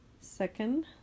Second